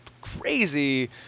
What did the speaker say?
crazy